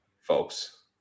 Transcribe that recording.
folks